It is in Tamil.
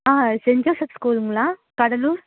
ஆ சென் ஜோஷப் ஸ்கூலுங்களா கடலூர்